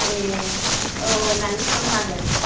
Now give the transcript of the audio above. ए औ औ ना बेसेबां लागोन